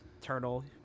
Turtle